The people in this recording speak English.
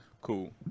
cool